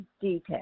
details